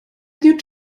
new